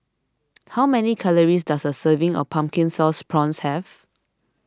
how many calories does a serving of Pumpkin Sauce Prawns have